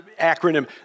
acronym